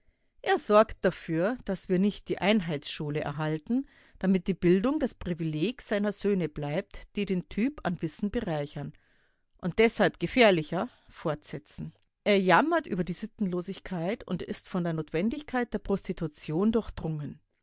er sorgt dafür daß wir nicht die einheitsschule erhalten damit die bildung das privileg seiner söhne bleibt die den typ an wissen bereichern und deshalb gefährlicher fortsetzen er jammert über die sittenlosigkeit und ist von der notwendigkeit der prostitution durchdrungen